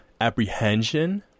apprehension